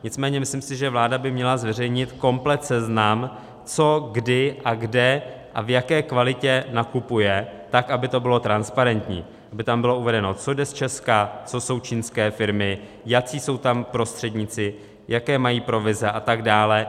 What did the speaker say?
Nicméně si myslím, že vláda by měla zveřejnit komplet seznam, co, kdy, kde a v jaké kvalitě nakupuje, tak aby to bylo transparentní, aby tam bylo uvedeno, co jde z Česka, co jsou čínské firmy, jací jsou tam prostředníci, jaké mají provize atd.